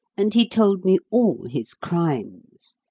and he told me all his crimes.